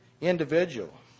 individual